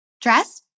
Dress